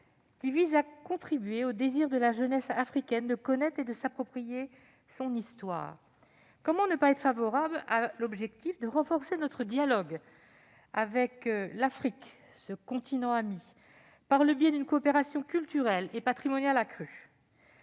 visant à contribuer au désir de la jeunesse africaine de connaître et de s'approprier son histoire ? Comment ne pas être favorable à l'objectif de renforcer notre dialogue avec l'Afrique, ce continent ami, par le biais d'une coopération culturelle et patrimoniale accrue ?